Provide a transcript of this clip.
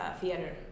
theater